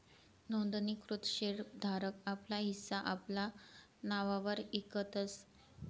नोंदणीकृत शेर धारक आपला हिस्सा आपला नाववर इकतस